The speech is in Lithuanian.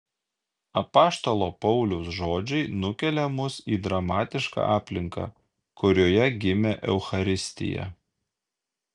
apaštalo pauliaus žodžiai nukelia mus į dramatišką aplinką kurioje gimė eucharistija